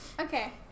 Okay